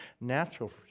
natural